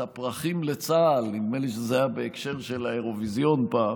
"הפרחים לצה"ל"; נדמה לי שזה היה בהקשר של האירוויזיון פעם.